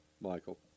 Michael